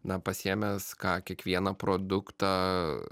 na pasiėmęs ką kiekvieną produktą